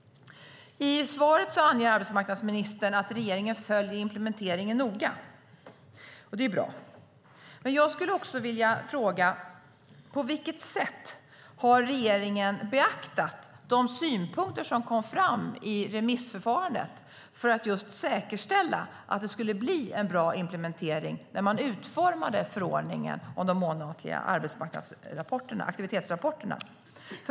I svaret säger arbetsmarknadsministern att regeringen följer implementeringen noga. Det är bra. Men jag skulle vilja fråga: På vilket sätt har regeringen beaktat de synpunkter som kom fram i remissförfarandet för att just säkerställa att det skulle bli en bra implementering när man utformade förordningen om de månatliga aktivitetsrapporterna?